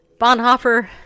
Bonhoeffer